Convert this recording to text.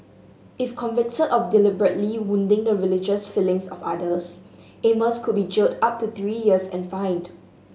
if convicted of deliberately wounding the religious feelings of others Amos could be jailed up to three years and fined